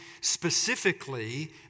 specifically